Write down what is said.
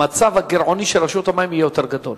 המצב הגירעוני של רשות המים יהיה יותר גדול.